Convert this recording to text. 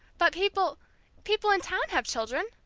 but people people in town have children!